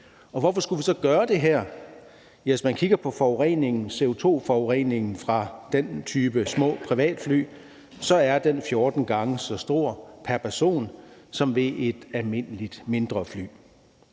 Hvorfor skulle vi så beslutte det her? Hvis man kigger på CO2-forureningen fra den type små privatfly, er den 14 gange så stor pr. person som ved et almindeligt mindre fly.